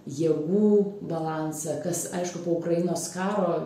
jėgų balansą kas aišku po ukrainos karo